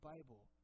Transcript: Bible